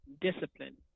discipline